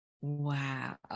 Wow